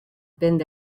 been